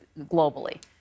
globally